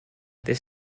this